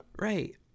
Right